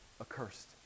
accursed